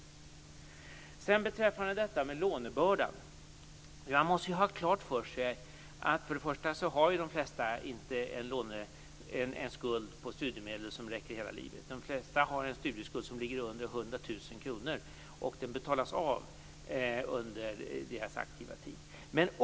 Beträffande lånebördan måste man först och främst ha klart för sig att de flesta inte har en studiemedelsskuld som räcker hela livet. De flesta har en studieskuld som ligger under 100 000 kr och den betalas av under deras aktiva tid.